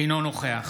אינו נוכח